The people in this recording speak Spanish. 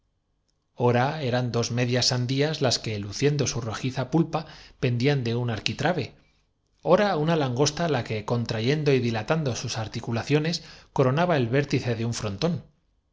ora eran dos medias sandías las que luciendo su rojiza pulpa pendían de un arquitrabe ora una langosta la que contrayendo y dilatando sus articulaciones coronaba el vértice de un frontón